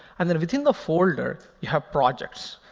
and then within the folder, you have projects.